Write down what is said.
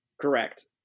Correct